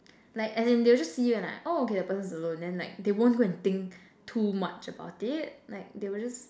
like as in they will just see you and like oh okay that person's alone then like they won't go and think too much about it like they will just